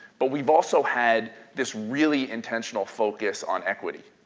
but we've also had this really intentional focus on equity,